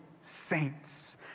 saints